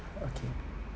okay